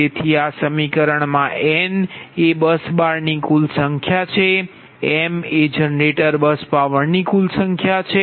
તેથી આ સમીકરણમાં n એ બસ બારની કુલ સંખ્યા છે m એ જનરેટર બસ બારની કુલ સંખ્યા છે